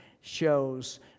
shows